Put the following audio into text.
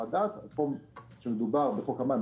פה מדובר בחוק המים,